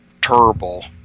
terrible